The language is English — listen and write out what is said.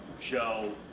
Joe